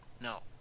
no